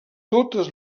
totes